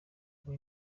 nawe